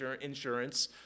insurance